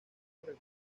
regula